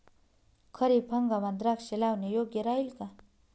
खरीप हंगामात द्राक्षे लावणे योग्य राहिल का?